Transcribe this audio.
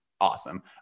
awesome